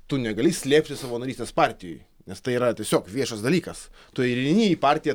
tu negali slėpti savo narystės partijoj nes tai yra tiesiog viešas dalykas tu ir įeini į partiją